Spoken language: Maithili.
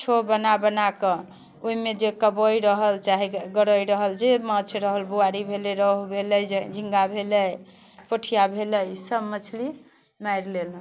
छो बना बनाकऽ ओहिमे जे कब्बै रहल चाहे गरइ रहल जे माछ रहल बुआरी भेलै रेहू भेलै जे झिङ्गा भेलै पोठिआ भेलै ईसब मछली मारि लेलहुँ